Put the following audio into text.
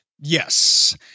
Yes